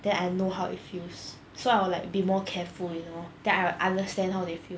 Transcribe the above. then I know how it feels so I would like be more careful you know then I would understand how they feel